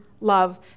love